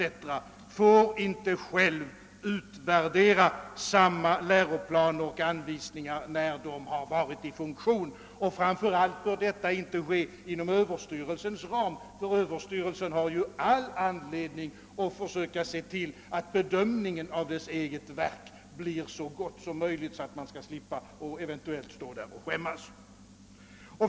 själv inte får utvärdera samma läroplaner och anvisningar när de varit i funktion. Framför allt bör inte detta ske inom Ööverstyrelsens ram, eftersom överstyrelsen har all anledning att försöka se till att bedömningen av dess eget verk blir så god som möjligt, så att man skall slippa att eventuellt stå där och skämmas.